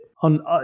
on